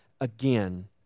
again